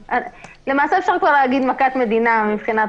למעשה אפשר להגיד פה "מכת מדינה" מבחינת